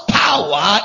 power